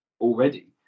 already